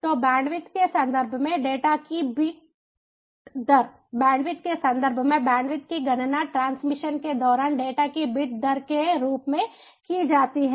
तो बैंडविड्थ के संदर्भ में डेटा की बिट दर बैंडविड्थ के संदर्भ में बैंडविड्थ की गणना ट्रांसमिशन के दौरान डेटा की बिट दर के रूप में की जाती है